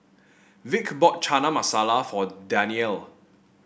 Vick bought Chana Masala for Danielle